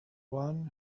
one